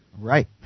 Right